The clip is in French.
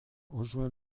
rejoint